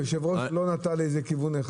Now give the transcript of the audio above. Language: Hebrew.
היושב-ראש לא נטה לאיזה כיוון מסוים